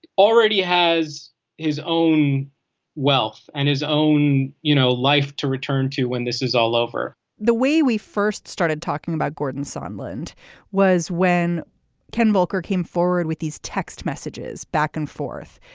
already has his own wealth and his own you know life to return to when this is all over the way we first started talking about gordon sunland was when ken volcker came forward with these text messages back and forth